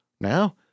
Now